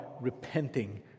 repenting